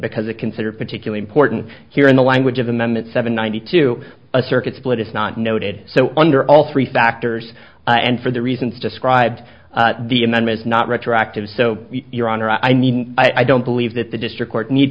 because it considered particularly important here in the language of amendment seven ninety two a circuit split is not noted so under all three factors and for the reasons described the amendments not retroactive so your honor i mean i don't believe that the district court need